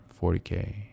40k